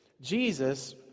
Jesus